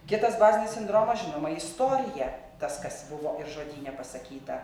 kitas bazinis sindromas žinoma istorija tas kas buvo ir žodyne pasakyta